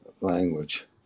language